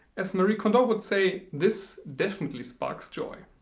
as marie kondo would say this definitely sparks joy.